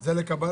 לא.